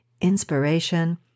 inspiration